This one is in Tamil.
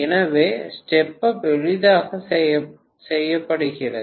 எனவே ஸ்டெப் அப் எளிதாக செய்யப்படுகிறது